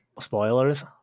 spoilers